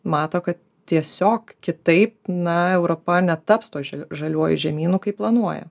mato kad tiesiog kitaip na europa netaps tuo žaliuoju žemynu kaip planuoja